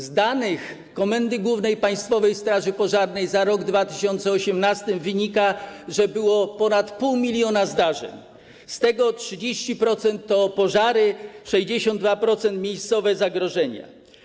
Z danych Komendy Głównej Państwowej Straży Pożarnej za rok 2018 wynika, że było ponad 0,5 mln zdarzeń, z czego 30% to pożary, 62% - miejscowe zagrożenia.